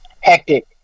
Hectic